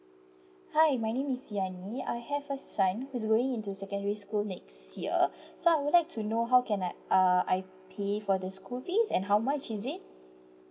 hi my name is ziani I have a son who's going into secondary school next year so I would like to know how can I uh I pay for the school fees and how much is it